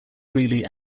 greeley